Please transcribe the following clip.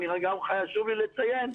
חשוב לי לציין,